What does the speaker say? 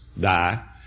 die